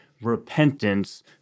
repentance